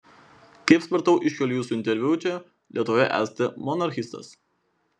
kaip supratau iš kelių jūsų interviu čia lietuvoje esate monarchistas